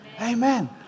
amen